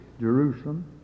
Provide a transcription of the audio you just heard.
Jerusalem